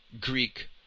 Greek